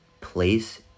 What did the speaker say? place